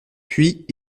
puis